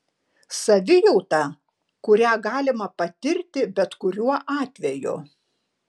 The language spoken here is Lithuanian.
savijauta kurią galima patirti bet kuriuo atveju